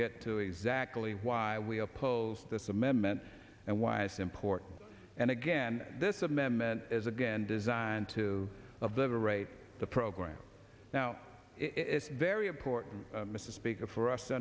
get to exactly why we oppose this amendment and why it's important and again this amendment is again designed to of the raid the program now it's very important mr speaker for us to